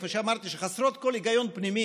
שכמו שאמרתי הן חסרות כל היגיון פנימי,